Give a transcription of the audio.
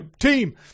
Team